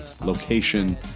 location